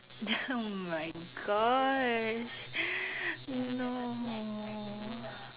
oh my gosh no